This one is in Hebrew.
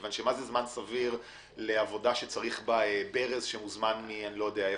כי מה זה זמן סביר לעבודה שצריך בה ברז שהוזמן מאני לא יודע איפה?